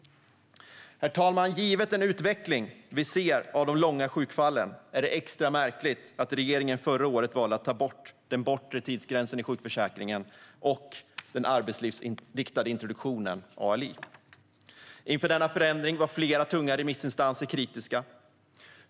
Herr talman! Med tanke på den utveckling vi ser av de långa sjukfallen är det extra märkligt att regeringen förra året valde att ta bort den bortre tidsgränsen i sjukförsäkringen och den arbetslivsinriktade introduktionen, ALI. Inför denna förändring var flera tunga remissinstanser kritiska.